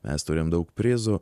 mes turim daug prizų